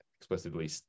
explicitly